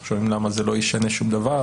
אנחנו שומעים למה זה לא ישנה שום דבר,